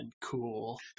cool